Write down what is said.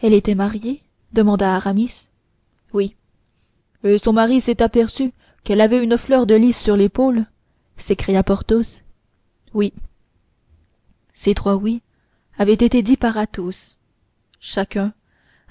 elle était mariée demanda aramis oui et son mari s'est aperçu qu'elle avait une fleur de lis sur l'épaule s'écria porthos oui ces trois oui avaient été dits par athos chacun